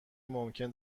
ممکن